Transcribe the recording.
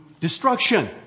destruction